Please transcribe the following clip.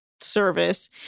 Service